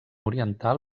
oriental